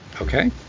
Okay